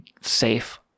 safe